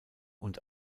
und